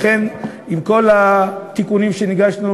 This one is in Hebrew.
לכן, עם כל התיקונים שהגשנו,